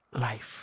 life